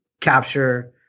capture